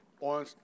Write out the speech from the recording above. On